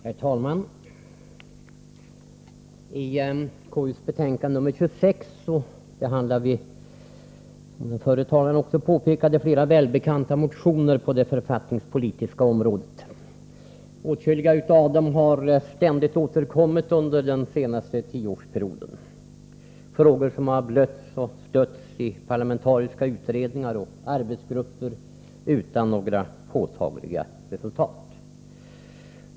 Herr talman! I KU:s betänkande nr 26 behandlar vi, som den förre talaren också påpekade, flera välbekanta motioner på det författningspolitiska området. Åtskilliga av dem har ständigt återkommit under den senaste tioårsperioden. Det är frågor som har blötts och stötts i parlamentariska utredningar och arbetsgrupper, utan några påtagliga resultat.